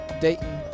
Dayton